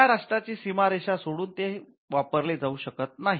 त्या राष्ट्राची सीमा रेषा सोडून ते वापरले जाऊ शकत नाही